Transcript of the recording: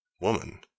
Woman